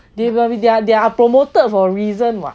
they they are promoted for a reason what